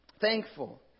Thankful